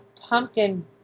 pumpkin